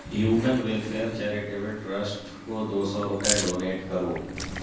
human welfare charitable trust کو دو سو روپے ڈونیٹ کرو